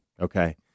Okay